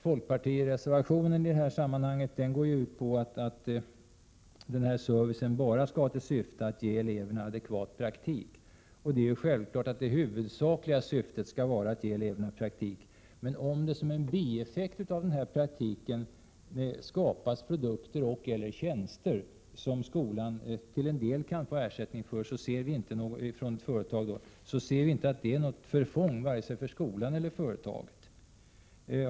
: Folkpartiets reservation i detta sammanhang går ut på att servicen enbart skall ha till syfte att ge eleverna adekvat praktik. Det är självklart att det huvudsakliga syftet skall vara att ge eleverna praktik, men om det som en bieffekt av praktiken skapas produkter eller tjänster som skolan till en del kan få ersättning för från något företag, så ser vi inte att det är till förfång för vare sig skolan eller företaget.